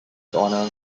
honor